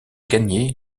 gagner